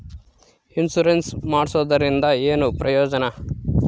Insurance ಮಾಡ್ಸೋದರಿಂದ ಏನು ಪ್ರಯೋಜನ?